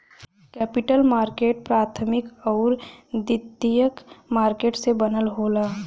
capital market प्राथमिक आउर द्वितीयक मार्केट से बनल होला